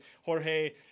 jorge